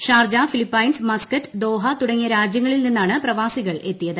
Sharjah Philippines Muscat Doha തുടങ്ങിയ രാജ്യങ്ങളിൽ നിന്നാണ് പ്രവാസികൾ എത്തിയത്